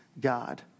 God